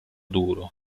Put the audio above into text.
duro